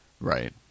Right